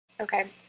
Okay